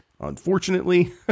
unfortunately